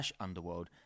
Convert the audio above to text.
Underworld